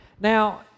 Now